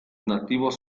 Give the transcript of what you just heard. nativos